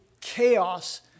chaos